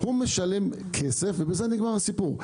הוא משלם כסף ובזה נגמר הסיפור.